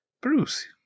Bruce